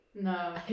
No